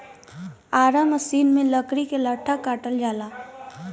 Ara machine में लकड़ी के लट्ठा काटल जाला